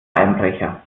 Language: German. einbrecher